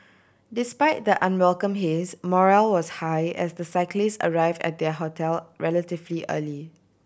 despite the unwelcome haze morale was high as the cyclists arrived at their hotel relatively early